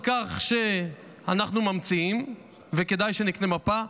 על כך שאנחנו ממציאים וכדאי שנקנה מפה.